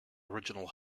original